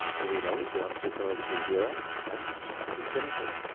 all we know is the answer is somewhere between zero and infinity.